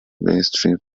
mainstream